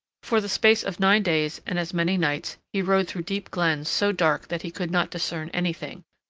for the space of nine days and as many nights he rode through deep glens so dark that he could not discern anything,